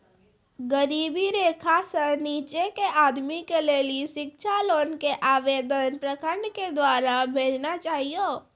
गरीबी रेखा से नीचे के आदमी के लेली शिक्षा लोन के आवेदन प्रखंड के द्वारा भेजना चाहियौ?